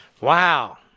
Wow